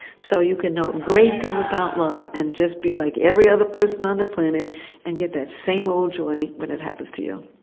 so you can know a great deal about love and just be like every other person on the planet and get that same old joy when it happens to you.